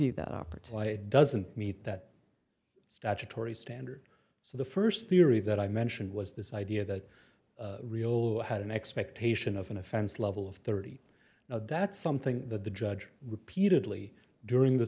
you that are doesn't meet that statutory standard so the st theory that i mentioned was this idea that rio had an expectation of an offense level of thirty now that's something that the judge repeatedly during the